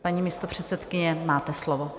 Paní místopředsedkyně, máte slovo.